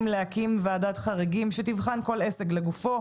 להקים ועדת חריגים שתבחן כל עסק לגופו,